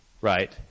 right